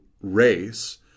race